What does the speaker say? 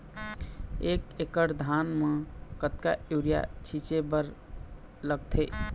एक एकड़ धान म कतका यूरिया छींचे बर लगथे?